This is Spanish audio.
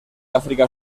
áfrica